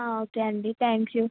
okay అండి thank you